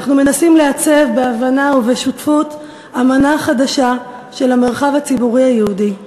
אנחנו מנסים לעצב בהבנה ובשותפות אמנה חדשה למרחב הציבורי היהודי.